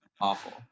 Awful